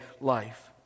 life